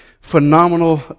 phenomenal